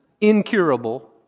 incurable